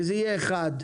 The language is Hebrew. שזה יהיה אחד.